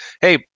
Hey